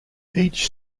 each